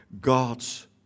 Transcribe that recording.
God's